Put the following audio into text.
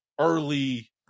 early